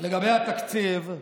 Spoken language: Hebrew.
לגבי התקציב,